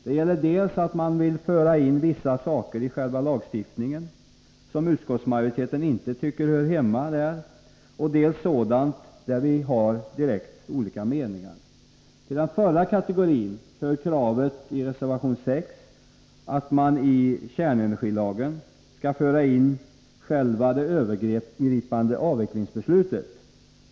Det gäller dels att man vill föra in vissa saker i själva lagstiftningen som utskottsmajoriteten inte tycker hör hemma där, dels sådant där vi har olika meningar. Till den förra kategorin hör kravet i reservation 6 att man i kärnenergilagen skall föra in själva det övergripande avvecklingsbeslutet.